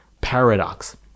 paradox